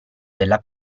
della